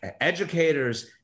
Educators